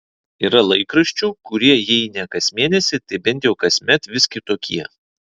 yra laikraščių kurie jei ne kas mėnesį tai bent jau kasmet vis kitokie